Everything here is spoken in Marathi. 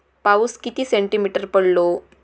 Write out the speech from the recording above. पाऊस किती सेंटीमीटर पडलो?